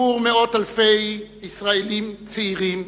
עבור מאות אלפי ישראלים צעירים